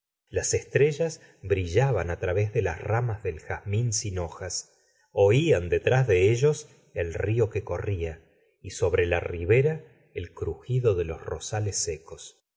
las estrellas bri llaban través de las ramas del jazmín sin hojas oían detrás de ellos el río que corría y sobre la ribera el crujido de los rosales secos